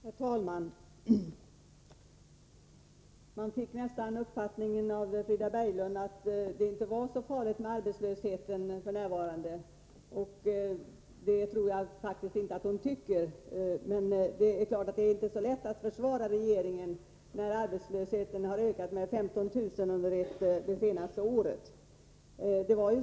Herr talman! Man fick nästan uppfattningen av Frida Berglunds anförande att det f.n. inte var så farligt med arbetslösheten. Det tror jag faktiskt inte att hon menar. Men det är klart att det inte är så lätt att försvara regeringen när arbetslösheten har ökat med 15 000 under det senaste året.